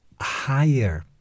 higher